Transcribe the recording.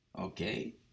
Okay